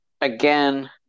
again